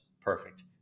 Perfect